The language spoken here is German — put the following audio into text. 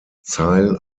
zeil